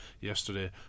yesterday